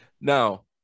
Now